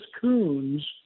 Coons